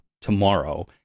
tomorrow